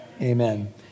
Amen